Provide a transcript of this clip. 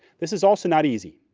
this is also not easy,